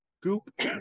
Goop